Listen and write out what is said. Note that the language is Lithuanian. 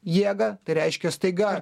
jėgą tai reiškia staiga